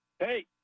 Hey